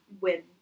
win